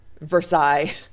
Versailles